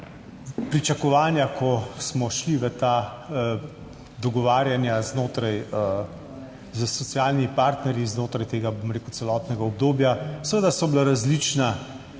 Pričakovanja, ko smo šli v ta dogovarjanja znotraj s socialnimi partnerji, znotraj tega bom rekel celotnega obdobja seveda, so bila različna,